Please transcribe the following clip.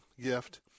gift